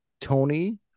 Tony